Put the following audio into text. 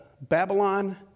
Babylon